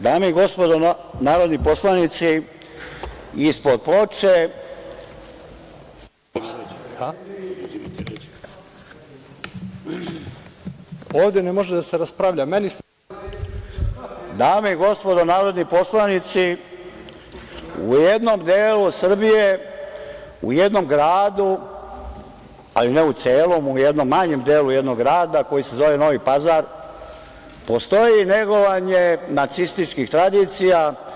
Dame i gospodo narodni poslanici, ispod ploče… [[Isključen mikrofon.]] Dame i gospodo narodni poslanici, u jednom delu Srbije, u jednom gradu, ali ne u celom, u jednom manjem delu jednog grada koji se zove Novi Pazar postoji negovanje nacističkih tradicija.